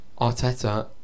Arteta